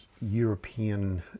European